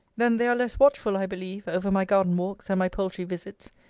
then they are less watchful, i believe, over my garden-walks, and my poultry-visits,